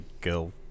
girl